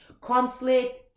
conflict